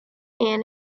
ann